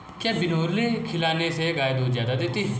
क्या बिनोले खिलाने से गाय दूध ज्यादा देती है?